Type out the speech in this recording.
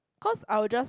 cause I will just